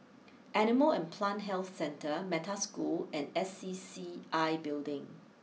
Animal and Plant Health Centre Metta School and S C C I Building